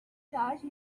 charge